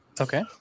Okay